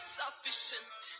sufficient